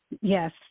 yes